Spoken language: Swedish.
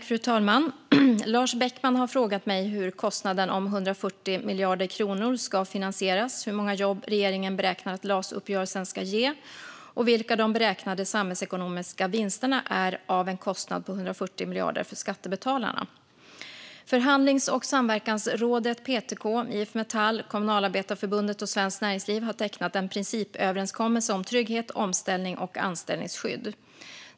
Fru talman! Lars Beckman har frågat mig hur kostnaden om 140 miljarder kronor ska finansieras, hur många jobb regeringen beräknar att LAS-uppgörelsen ska ge och vilka de beräknade samhällsekonomiska vinsterna är av en kostnad på 140 miljarder för skattebetalarna. Förhandlings och samverkansrådet PTK, IF Metall, Kommunalarbetareförbundet och Svenskt Näringsliv har tecknat en principöverenskommelse om trygghet, omställning och anställningsskydd.